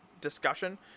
discussion